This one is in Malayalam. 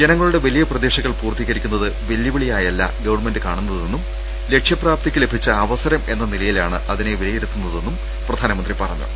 ജനങ്ങളുടെ വലിയ പ്രതീക്ഷകൾ പൂർത്തീകരിക്കുന്നത് വെല്ലു വിളിയായല്ല ഗവൺമെന്റ് കാണുന്നതെന്നും ലക്ഷ്യപ്രാപ്തിക്ക് ലഭിച്ച അവസരം എന്ന നിലയിലാണ് അതിനെ വിലയിരുത്തുന്നതെന്നും പ്രധാനമന്ത്രി പറഞ്ഞു